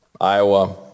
Iowa